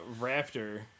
Raptor